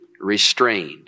restrained